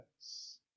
yes